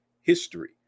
history